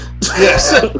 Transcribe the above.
yes